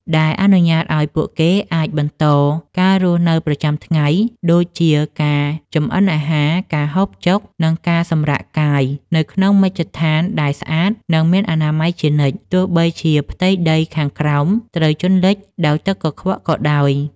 ដែលអនុញ្ញាតឱ្យពួកគេអាចបន្តការរស់នៅប្រចាំថ្ងៃ ដូចជាការចម្អិនអាហារ ការហូបចុក និងការសម្រាកកាយ នៅក្នុងមជ្ឈដ្ឋានដែលស្អាត និងមានអនាម័យជានិច្ច ទោះបីជាផ្ទៃដីខាងក្រោមត្រូវជន់លិចដោយទឹកកខ្វក់ក៏ដោយ។